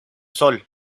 sol